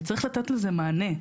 וצריך לתת לזה מענה.